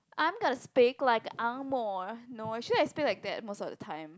I'm gonna speak like Ang-Moh no actually I speak like that most of the time